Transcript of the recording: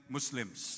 Muslims